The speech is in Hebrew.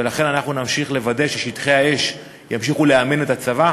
ולכן אנחנו נמשיך לוודא שבשטחי האש ימשיכו לאמן את הצבא,